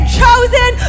chosen